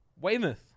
Weymouth